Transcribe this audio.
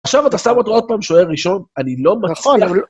עכשיו אתה שם אותו עוד פעם, שוער ראשון, אני לא מנסה...